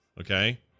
Okay